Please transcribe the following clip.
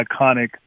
iconic